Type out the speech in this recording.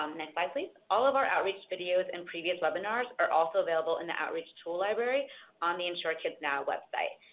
um next slide please. all of our outreach videos and previous webinars are also available in the outreach tool library on the insure kids now website.